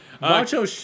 Macho